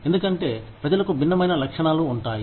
ఎందుకంటే ప్రజలకు భిన్నమైన లక్షణాలు ఉంటాయి